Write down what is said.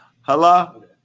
Hello